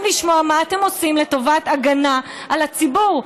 לשמוע מה אתם עושים לטובת הגנה על הציבור.